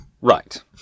Right